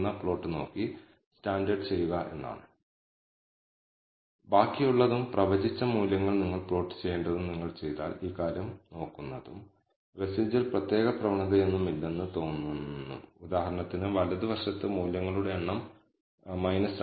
അതിനാൽ ഞാൻ പറഞ്ഞതുപോലെ ഈ ഹൈപ്പോതെസിസ് ടെസ്റ്റ് നടത്തുന്നതിനുള്ള എഫ് സ്റ്റാറ്റിസ്റ്റിക് റെഡ്യൂസ്ഡ് മോഡലിന് അനുയോജ്യമായ ഗുണത്തിന്റെ വ്യത്യാസം കണക്കാക്കുക എന്നതാണ് അത് എല്ലായ്പ്പോഴും ഉയർന്നതാണ് ഇതര സിദ്ധാന്തത്തിന് അനുയോജ്യമായ എസ്എസ്ഇയുടെ ഗുണം